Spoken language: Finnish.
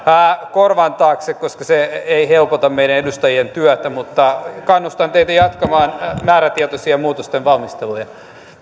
tämä korvan taakse koska se ei helpota meidän edustajien työtä mutta kannustan teitä jatkamaan määrätietoisia muutosten valmisteluja